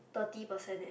thirty percent leh